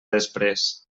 després